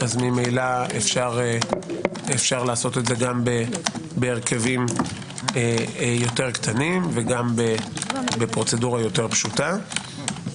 ממילא אפשר לעשות זאת גם בהרכבים יותר קטנים וגם בפרוצדורה פשוטה יותר.